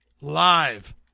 live